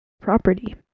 property